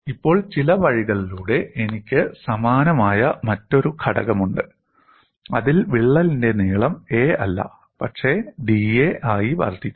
ഇപ്പോൾ ചില വഴികളിലൂടെ എനിക്ക് സമാനമായ മറ്റൊരു ഘടകമുണ്ട് അതിൽ വിള്ളലിന്റെ നീളം 'a' അല്ല പക്ഷേ അത് 'da' ആയി വർദ്ധിക്കുന്നു